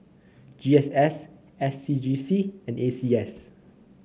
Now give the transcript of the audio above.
G S S S C G C and E C S